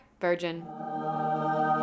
virgin